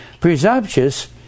Presumptuous